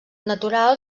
natural